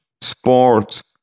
sports